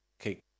Okay